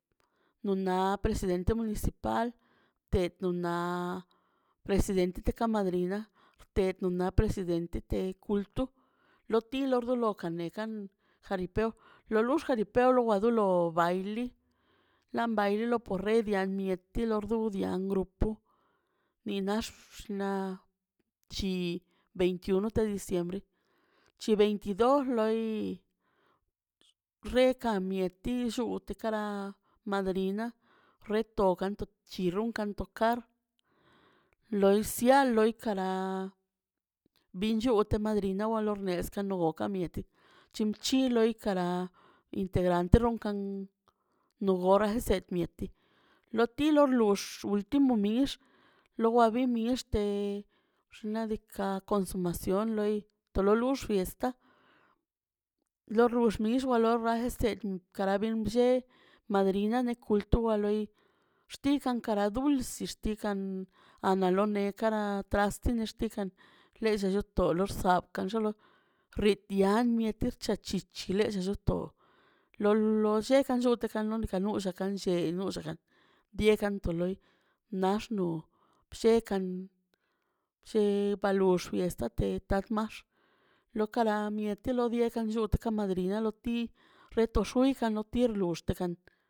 Nun naꞌ presidente municipal ted naa presidente deka madrina ted presidente de kultu lo ti lor dokan nekan jaripeo lo lux jaripeo lo wa dolo baili ḻam bailo porre dia mieti lor duu dia grupu inax naꞌ chi veintiuno de diciembre chi veintidos loi reka mieti lluu kara mandarina rotogan to chirrugan tokar loi slia loikala bin chut madrina walor neska noboka mieti chinchi kara intengrantə ronkan no gorra set mieti loti lox loti momix loba mix te xnaꞌ deka consumacion lo lux fiesta lo lux roxa lse kara bin lle madriana de kultur ḻoi xtika kra duls xtikan analone kara trast xtikan lell to lo xzabka dolo xignian mieti xchichi ḻe tob lo- lo llekan lluute kan non ka nun lla kan llee nullga tie kan loi nax no bshekan lle palox fiesta te tak max lokala miete lo biekan lluut ka madrina loti retox xwikan notirlo xtekan.